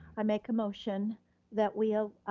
i make a motion that we